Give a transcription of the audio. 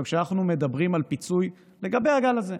כשאנחנו מדברים על פיצוי לגבי הגל הזה,